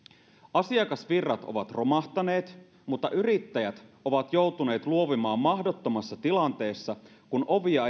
asiakasvirrat ovat romahtaneet mutta yrittäjät ovat joutuneet luovimaan mahdottomassa tilanteessa kun ovia